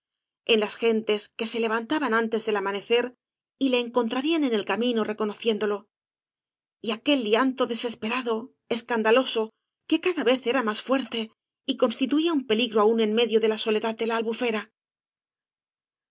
las gentes que se levantaban antes del amanecer y le encontrarían en el camino reconociéndolo y aquel llanto desesperado escandaloso que cada vez era más fuerte y constituía un peligro aun en medio de la soledad de